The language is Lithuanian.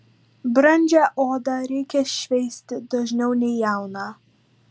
brandžią odą reikia šveisti dažniau nei jauną